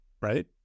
right